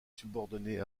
subordonnée